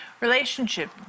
relationship